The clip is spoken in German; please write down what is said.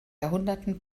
jahrhunderten